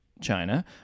China